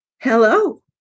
hello